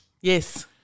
Yes